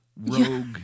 Rogue